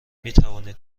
میتوانید